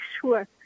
sure